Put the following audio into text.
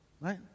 right